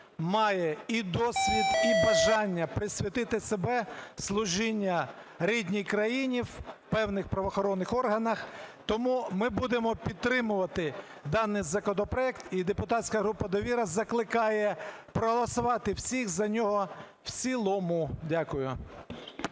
має і досвід, і бажання присвятити себе служінню рідній країні в певних правоохоронних органах. Тому ми будемо підтримувати даний законопроект, і депутатська група "Довіра" закликає проголосувати всіх за нього в цілому. Дякую.